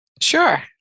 Sure